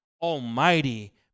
Almighty